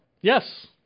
Yes